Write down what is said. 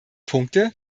punkte